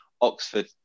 Oxford